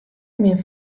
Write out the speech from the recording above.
mear